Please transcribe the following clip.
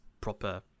proper